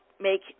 Make